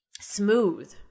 smooth